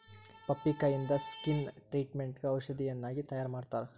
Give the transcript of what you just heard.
ಪಪ್ಪಾಯಿಕಾಯಿಂದ skin ಟ್ರಿಟ್ಮೇಟ್ಗ ಔಷಧಿಯನ್ನಾಗಿ ತಯಾರಮಾಡತ್ತಾರ